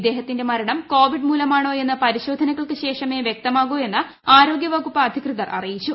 ഇദ്ദേഹത്തിന്റെ മരണം കോവിഡ് മൂലമാണോ എന്ന് പരിശോധനകൾക്കു ശേഷമേ വൃക്തമാകൂ എന്ന് ആരോഗ്യ വകുപ്പ് അധികൃതർ അറിയിച്ചു